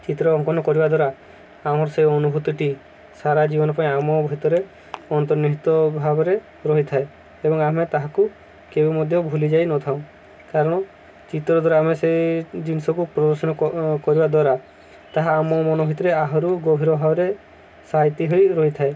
ଚିତ୍ର ଅଙ୍କନ କରିବା ଦ୍ୱାରା ଆମର ସେ ଅନୁଭୂତିଟି ସାରା ଜୀବନ ପାଇଁ ଆମ ଭିତରେ ଅନ୍ତର୍ନିହିତ ଭାବରେ ରହିଥାଏ ଏବଂ ଆମେ ତାହାକୁ କେବେ ମଧ୍ୟ ଭୁଲି ଯାଇନଥାଉ କାରଣ ଚିତ୍ର ଦ୍ୱାରା ଆମେ ସେଇ ଜିନିଷକୁ ପ୍ରଦର୍ଶନ କରିବା ଦ୍ୱାରା ତାହା ଆମ ମନ ଭିତରେ ଆହୁରି ଗଭୀର ଭାବରେ ସାଇତି ହୋଇ ରହିଥାଏ